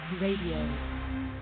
Radio